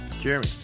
Jeremy